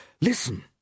listen